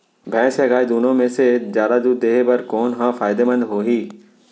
भैंस या गाय दुनो म से जादा दूध देहे बर कोन ह फायदामंद होही?